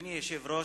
אדוני היושב-ראש,